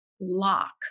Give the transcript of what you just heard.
lock